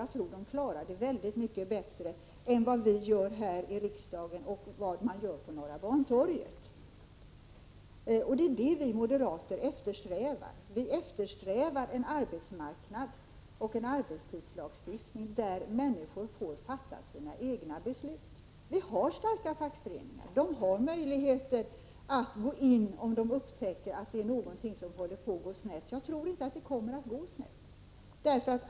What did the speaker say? Jag tror att de klarar det väldigt mycket bättre än vi gör här i riksdagen och väldigt mycket bättre än man klarar det på Norra Bantorget. Det är det vi moderater eftersträvar. Vi eftersträvar en arbetsmarknad och en arbetstidslagstiftning där människor får fatta sina egna beslut. Vi har starka fackföreningar. De har möjligheter att gå in om de upptäcker att någonting håller på att gå snett. Jag tror inte att det kommer att gå snett.